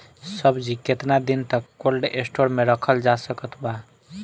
सब्जी केतना दिन तक कोल्ड स्टोर मे रखल जा सकत बा?